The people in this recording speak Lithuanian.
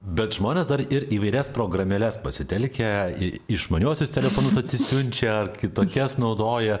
bet žmonės dar ir įvairias programėles pasitelkę į išmaniuosius telefonus atsisiunčia ar kitokias naudoja